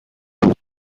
بود